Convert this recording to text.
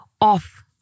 off